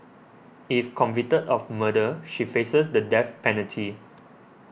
if convicted of murder she faces the death penalty